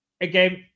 again